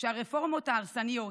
שהרפורמות ההרסניות